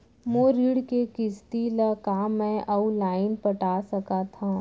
मोर ऋण के किसती ला का मैं अऊ लाइन पटा सकत हव?